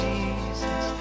Jesus